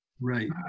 Right